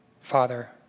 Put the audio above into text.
Father